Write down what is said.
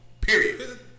Period